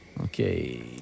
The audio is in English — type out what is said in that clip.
okay